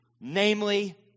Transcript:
Namely